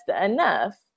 enough